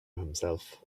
himself